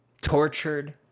tortured